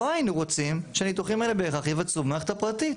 לא היינו רוצים שהניתוחים האלה בהכרח יבצעו מערכת הפרטית,